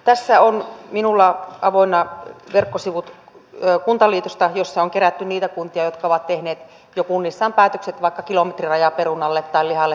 tässä on minulla avoinna kuntaliiton verkkosivut jossa on kerätty niitä kuntia jotka ovat tehneet jo kunnissaan päätökset vaikka kilometrirajan perunalle tai lihalle tai maidolle